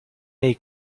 nei